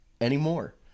anymore